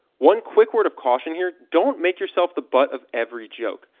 one quick word of caution here don't make yourself the butt of every joke.